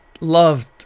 loved